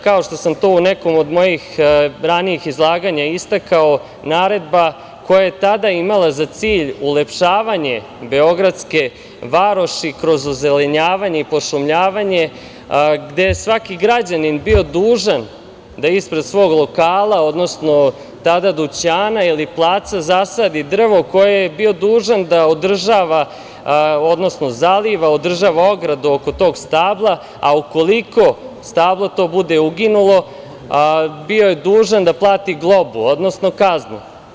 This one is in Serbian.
Kao što sam to u nekom od mojih ranijih izlaganja istakao, naredba koja je tada imala za cilj ulepšavanje beogradske varoši kroz ozelenjavanje i pošumljavanje, gde je svaki građanin bio dužan da ispred svog lokala, odnosno tada dućana ili placa zasadi drvo koje je bio dužan da održava, odnosno zaliva, održava ogradu oko tog stabala, a ukoliko stablo to bude uginulo, bio je dužan da plati globu, odnosno kaznu.